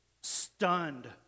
stunned